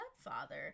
stepfather